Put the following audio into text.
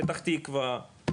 פתח תקווה,